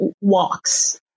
walks